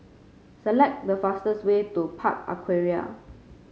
select the fastest way to Park Aquaria